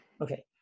Okay